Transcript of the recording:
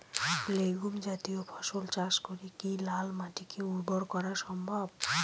Legume জাতীয় ফসল চাষ করে কি লাল মাটিকে উর্বর করা সম্ভব?